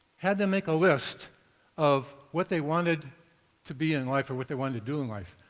had them make a list of what they wanted to be in life or what they wanted to do in life,